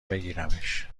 بگیرمش